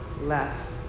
left